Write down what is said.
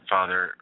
Father